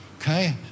Okay